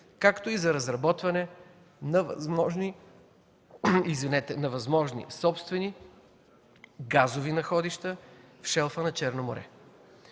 както и за разработване на възможни собствени газови находища в шелфа на Черно море.